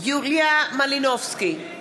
יוליה מלינובסקי,